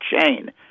chain